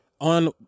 on